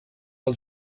del